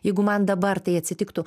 jeigu man dabar tai atsitiktų